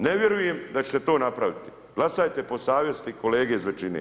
Ne vjerujem da ćete to napraviti, glasajte po savjesti kolege iz većine.